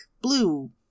blue